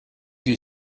you